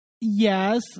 yes